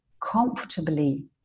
comfortably